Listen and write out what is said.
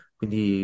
quindi